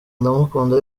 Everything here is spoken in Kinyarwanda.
ndamukunda